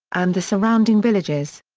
and the surrounding villages.